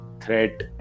threat